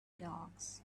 dogs